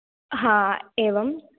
हा एवम्